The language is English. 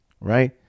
right